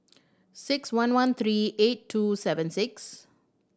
six one one three eight two seven six